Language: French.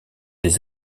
des